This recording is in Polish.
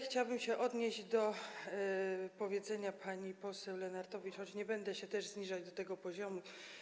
Chciałabym się odnieść do stwierdzenia pani poseł Lenartowicz, choć nie będę się też zniżać do tego poziomu.